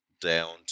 down